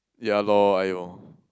ya lor !aiyo!